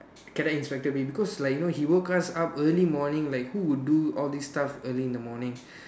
can the instructor be because like you know he woke us up early morning like who would do all these stuff early in the morning